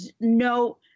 no